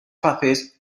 fases